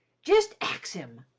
jest ax him.